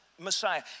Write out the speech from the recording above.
Messiah